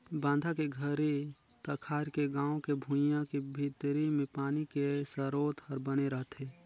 बांधा के घरी तखार के गाँव के भुइंया के भीतरी मे पानी के सरोत हर बने रहथे